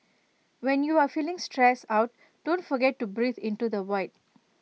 when you are feeling stressed out don't forget to breathe into the void